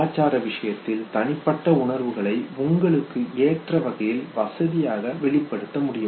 கலாச்சார விஷயத்தில் தனிப்பட்ட உணர்வுகளை உங்களுக்கு ஏற்ற வகையில் வசதியாக வெளிப்படுத்த முடியும்